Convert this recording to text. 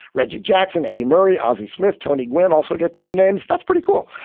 reggie jackson, eddie murray, ozzie smith, tony gwynn. also get team names. that's pretty cool.